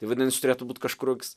vadinas čia turėtų būti kažkroks